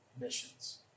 missions